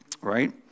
Right